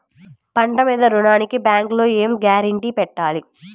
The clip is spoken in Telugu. పంట మీద రుణానికి బ్యాంకులో ఏమి షూరిటీ పెట్టాలి?